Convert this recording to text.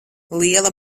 liela